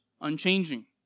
Unchanging